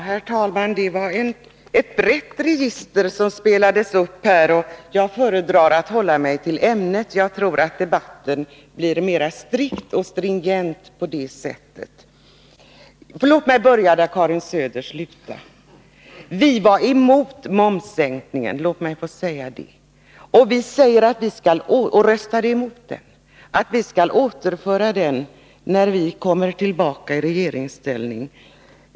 Herr talman! Ja, det var ett brett register som här spelades upp, och jag föredrar att hålla mig till ämnet — jag tror att debatten blir mera strikt och stringent på det sättet. Låt mig börja där Karin Söder slutade! Vi var emot momssänkningen — låt mig få säga det — och vi röstade emot den. Vi säger att vi skall återföra den tidigare momsen när vi kommer tillbaka i regeringsställning.